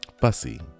fussy